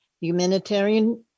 Humanitarian